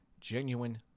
genuine